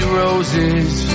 roses